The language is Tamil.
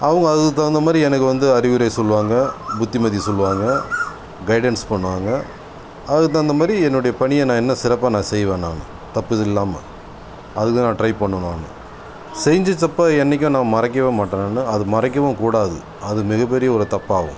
அவங்க அதுக்கு தகுந்தமாதிரி எனக்கு வந்து அறிவுரை சொல்லுவாங்கள் புத்திமதி சொல்லுவாங்கள் கைடன்ஸ் பண்ணுவாங்கள் அதுக்கு தகுந்தமாதிரி என்னோடைய பணியை நான் இன்னும் சிறப்பாக நான் செய்வேன் நானு தப்புதல் இல்லாமல் அதுக்கு தான் நான் ட்ரை பண்ணுவேன் நானு செஞ்ச தப்பை என்றைக்கும் நான் மறைக்கவே மாட்டேன் அது மறைக்கவும் கூடாது அது மிகப்பெரிய ஒரு தப்பாகும்